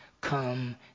come